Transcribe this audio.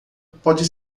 pode